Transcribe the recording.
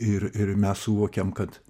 ir ir mes suvokėm kad